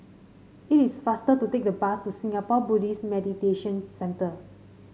it is faster to take the bus to Singapore Buddhist Meditation Centre